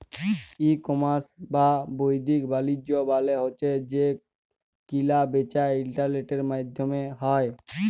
ই commerce বা বাদ্দিক বালিজ্য মালে হছে যে কিলা বিচা ইলটারলেটের মাইধ্যমে হ্যয়